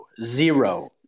Zero